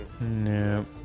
no